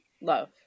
love